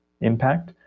impact